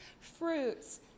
fruits